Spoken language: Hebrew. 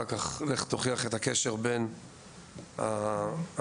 צריך לאחר מכן להוכיח את הקשר של אותו עדר,